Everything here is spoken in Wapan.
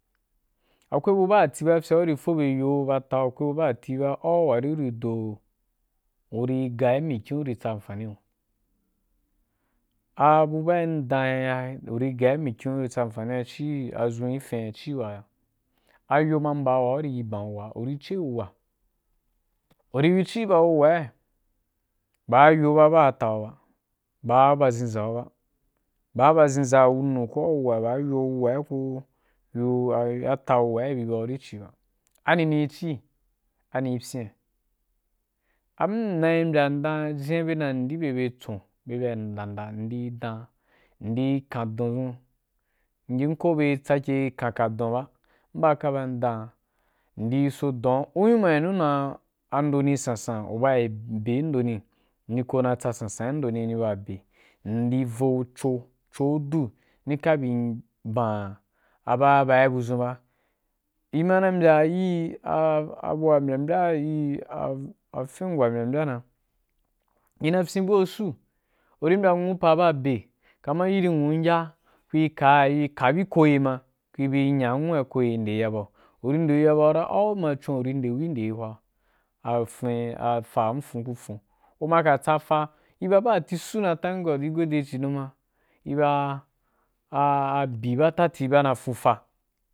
Akwai abu badati au warì un do u ri ga ki mikum’u u rì tsa amfani iyo abu baa m dan ya u ri ga gi mky m u uri tsa amfani kiyo aʒun gi fin’a ci wa ayo ma mbaa waa u ri ban uwa uri ce uwa u rì bi ci ba uwai baa yòu ba ɓa atau ba baa ba ʒhenʒau ba, ɓaa baʒhenʒa wa wuru koh wa wuwa ba baa ayo u uwai ri bagu ci ba ani nì cii ani pyina am m nai mbya dan jina be dan m ci bye tson bye bye wa ndand a m di dan m di kam don dʒun m yim koh be sake kam ka don ba um ba haka m dan m di so don in u ma yīm dan andoni sansan u be i ndoni niko na tsa sansan gi ndoni ni ba be ndi vo co, co du mika bi ban a ba babe budʒun ba i ma na mbya yi abu wa mbya mbya a fidin wa mbya-mbya na ina fyen bu gi yo su, u ri mbya nwu apa wa ba be kaman iri nwuu ngya ri kabe koye ma kuri nyaa a nwu go koye ndeya bau, uri ndiu ya bau ra au ma con u ri nde gu nderi hwa afa wa fyenfyen ku fyen kuma ka tsafa i ba badali sau numa thank god i gode yi cidon ma i ba abii badali bana fan fa.